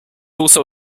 also